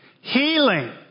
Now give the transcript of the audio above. Healing